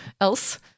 else